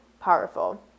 powerful